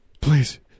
Please